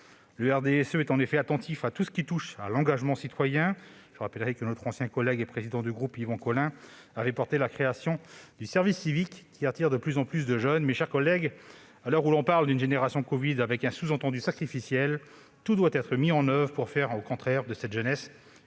Le RDSE est en effet attentif à tout ce qui touche à l'engagement citoyen. Je rappelle que notre ancien collègue et président du groupe, Yvon Collin, avait porté la création du service civique, qui attire de plus en plus de jeunes. Mes chers collègues, à l'heure où l'on parle d'une génération « covid » avec un sous-entendu sacrificiel, tout doit être mis en oeuvre pour faire plutôt de cette jeunesse